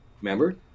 remember